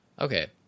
Okay